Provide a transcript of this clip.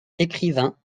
écrivain